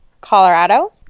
Colorado